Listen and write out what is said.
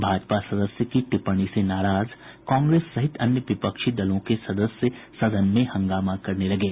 भाजपा सदस्य की टिप्पणी से नाराज कांग्रेस सहित अन्य विपक्षी दलों के सदस्य सदन में हंगामा करने लगे